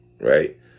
right